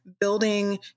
building